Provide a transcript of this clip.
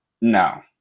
No